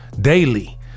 daily